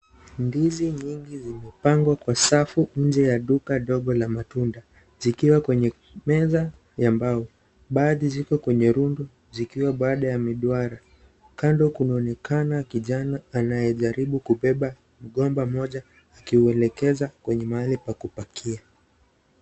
Ndizi nyingi zimepangwa kwa safu nje ya duka dogo la matunda zikiwa kwenye meza ya mbao baadhi ziko kwenye rundu zikiwa baada ya midwara, kando kunaonekana kijana anayejaribu kubeba mgomba moja akiuelekeza kwenye mahali pa kupakia.